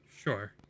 Sure